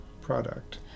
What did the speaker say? product